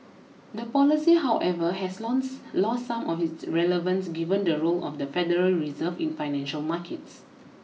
the policy however has lost lost some of its relevance given the role of the Federal Reserve in financial markets